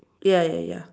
ya ya ya